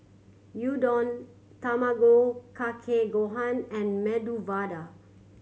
Gyudon Tamago Kake Gohan and Medu Vada